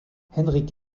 henrik